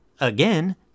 Again